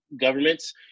governments